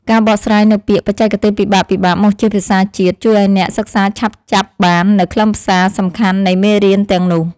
ការបកស្រាយនូវពាក្យបច្ចេកទេសពិបាកៗមកជាភាសាជាតិជួយឱ្យអ្នកសិក្សាឆាប់ចាប់បាននូវខ្លឹមសារសំខាន់នៃមេរៀនទាំងនោះ។